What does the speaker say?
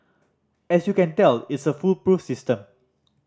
as you can tell it's a foolproof system